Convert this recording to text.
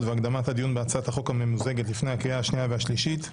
והקדמת הדיון בהצעת החוק הממוזגת לפני הקריאה השנייה והשלישית: